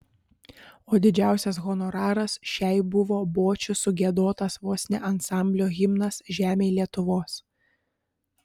o didžiausias honoraras šiai buvo bočių sugiedotas vos ne ansamblio himnas žemėj lietuvos